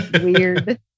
Weird